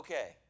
Okay